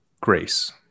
grace